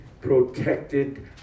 protected